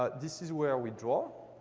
ah this is where we draw.